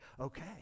okay